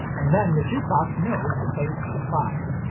and then the jukebox knows to play c five.